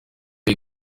iyi